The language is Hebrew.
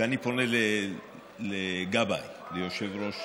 ואני פונה לגבאי, ליושב-ראש